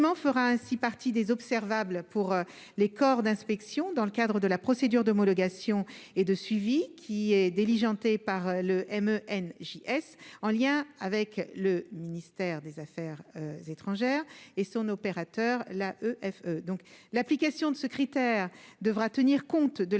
fera ainsi partie des observables pour les corps d'inspection dans le cadre de la procédure d'homologation et de suivi qui est diligentée par le M E N S en lien avec le ministère des Affaires étrangères et son opérateur la EF donc l'application de ce critère devra tenir compte de la